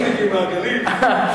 הקיבוצניקים מהגרעין?